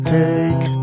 take